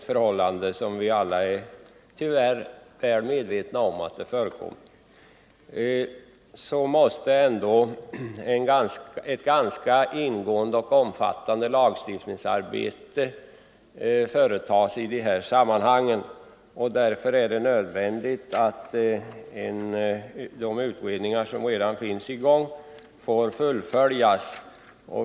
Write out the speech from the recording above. För att lösa hela problemet med konkurser måste emellertid ett ganska ingående och omfattande lagstiftningsarbete företas. Därför är det nödvändigt att de utredningar som redan arbetar på detta område får fullföljas.